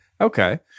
Okay